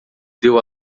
deu